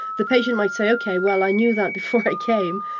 the patient might say, ok, well i knew that before i came,